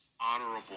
honorable